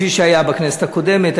כפי שהיה בכנסת הקודמת.